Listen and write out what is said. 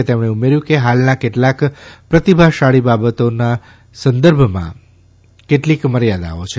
જો કે તેમણે ઉમેર્યું કે હાલના કેટલાક પ્રતિભાશાળી બાબતોના સંદર્ભમાં કેટલીક મર્યાદાઓ છે